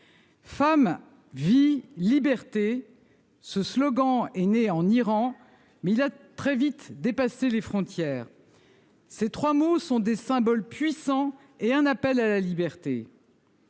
Femme, vie, liberté. Ce slogan est née en Iran. Mais il a très vite dépassé les frontières.-- Ces 3 mots sont des symboles puissants et un appel à la liberté.--